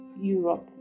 Europe